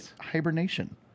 hibernation